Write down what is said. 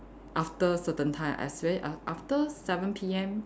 after certain time especially af~ after seven P_M